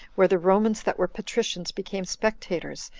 where the romans that were patricians became spectators,